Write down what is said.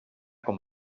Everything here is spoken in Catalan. com